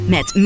Met